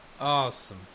Awesome